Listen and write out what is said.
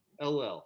LL